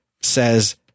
says